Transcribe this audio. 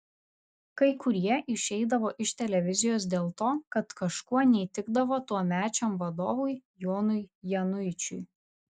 kai kurie išeidavo iš televizijos dėl to kad kažkuo neįtikdavo tuomečiam vadovui jonui januičiui